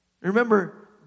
Remember